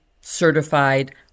certified